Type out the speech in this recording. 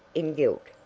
in gilt.